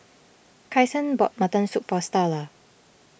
Kyson bought Mutton Soup for Starla